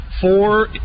four